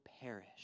perish